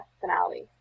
finale